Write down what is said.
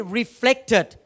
reflected